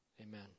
Amen